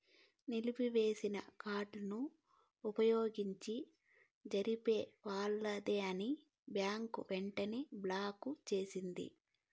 నిలిపివేసిన కార్డుని వుపయోగించి జరిపే లావాదేవీలని బ్యాంకు వెంటనే బ్లాకు చేస్తుంది